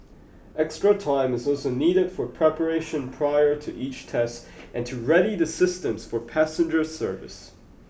extra time is also needed for preparation prior to each test and to ready the systems for passenger service